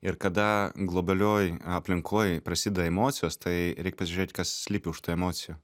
ir kada globalioj aplinkoj prasideda emocijos tai reik pasižiūrėt kas slypi už tų emocijų